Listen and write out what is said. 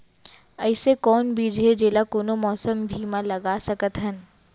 अइसे कौन बीज हे, जेला कोनो मौसम भी मा लगा सकत हन?